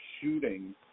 shooting